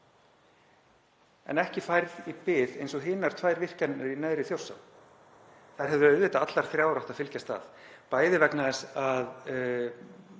en ekki færð í bið eins og hinar tvær virkjanirnar í neðri Þjórsá. Þær hefðu auðvitað allar þrjár átt að fylgjast að, bæði vegna